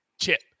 chip